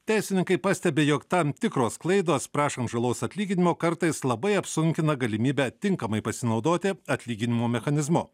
teisininkai pastebi jog tam tikros klaidos prašant žalos atlyginimo kartais labai apsunkina galimybę tinkamai pasinaudoti atlyginimų mechanizmu